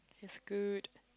is good